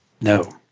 No